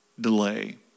delay